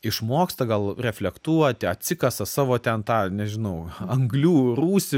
išmoksta gal reflektuoti atsikasa savo ten tą nežinau anglių rūsį